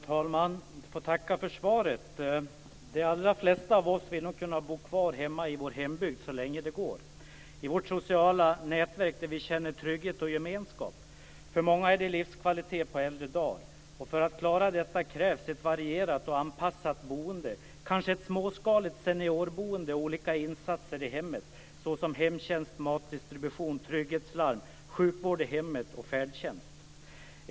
Fru talman! Jag får tacka för svaret. De allra flesta av oss vill nog kunna bo kvar hemma i vår hembygd så länge det går. Vi vill bo kvar i vårt sociala nätverk där vi känner trygghet och gemenskap. För många är det livskvalitet på äldre dagar. För att klara detta krävs ett varierat och anpassat boende, kanske ett småskaligt seniorboende, och olika insatser i hemmet såsom hemtjänst, matdistribution, trygghetslarm, sjukvård i hemmet och färdtjänst.